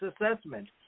assessment